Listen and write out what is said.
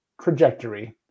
trajectory